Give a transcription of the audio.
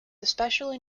especially